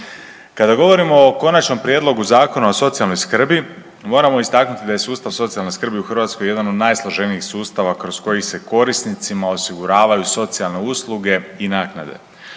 Kada govorimo o Konačnom prijedlogu Zakona o socijalnoj skrbi moramo istaknuti da je sustav socijalne skrbi u Hrvatskoj jedan od najsloženijih sustava kroz koji se korisnicima osiguravaju socijalne usluge i naknade.